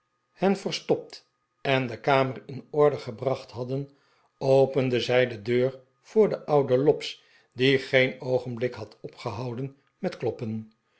hen verstopt en de kamer in orde gebracht hadden openden zij de deur voor den oiiden lobbs die geen oogenblik had opgehouden met kloppen